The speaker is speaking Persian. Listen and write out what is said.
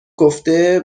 گفته